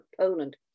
Poland